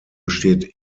besteht